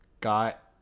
got